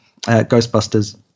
Ghostbusters